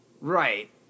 Right